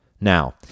Now